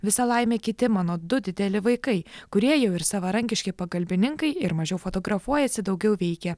visa laimė kiti mano du dideli vaikai kurie jau ir savarankiški pagalbininkai ir mažiau fotografuojasi daugiau veikia